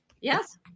Yes